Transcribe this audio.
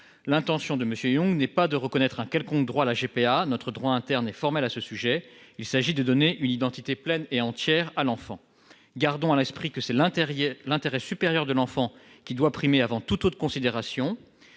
intention n'est pas de reconnaître un quelconque droit à la GPA ; notre droit interne est formel à ce sujet. Il s'agit de donner une identité pleine et entière à l'enfant. Gardons à l'esprit que l'intérêt supérieur de l'enfant doit primer avant toute autre considération.